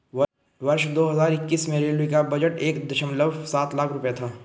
वर्ष दो हज़ार इक्कीस में रेलवे का बजट एक दशमलव सात लाख रूपये था